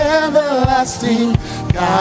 everlasting